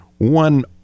one